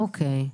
אוקיי.